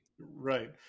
Right